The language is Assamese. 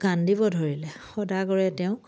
কান্দিব ধৰিলে সদাগৰে তেওঁক